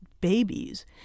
babies